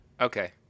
Okay